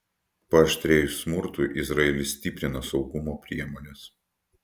paaštrėjus smurtui izraelis stiprina saugumo priemones